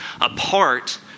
apart